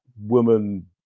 woman